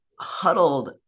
huddled